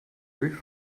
whiff